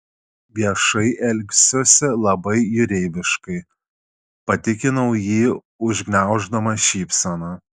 viešai elgsiuosi labai jūreiviškai patikinau jį užgniauždama šypseną